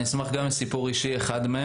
אני גם אשמח לסיפור אישי אחד,